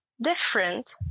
different